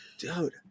dude